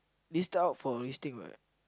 list out for listing what